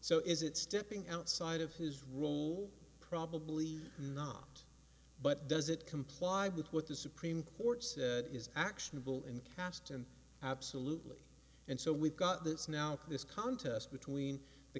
so is it stepping outside of his rule probably not but does it comply with what the supreme court said is actionable in caste and absolutely and so we've got this now this contest between the